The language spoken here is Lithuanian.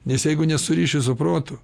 nes jeigu nesuriši su protu